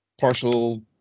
partial